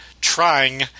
trying